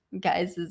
guys